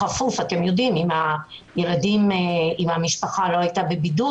כמובן אם המשפחה לא הייתה בבידוד,